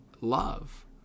love